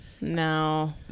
No